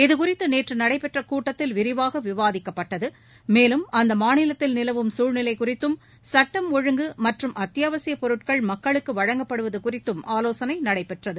இதுகுறித்து நேற்று நடைபெற்ற கூட்டத்தில் விரிவாக விவாதிக்கப்பட்டது மேலும் அம்மாநிலத்தில் நிலவும் குழ்நிலை குறித்தும் சுட்டம் ஒழுங்கு மற்றும் அத்தியாவசிய பொருட்கள் மக்களுக்கு வழங்கப்படுவது குறித்தும் ஆலோசனை நடைபெற்றது